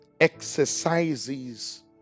exercises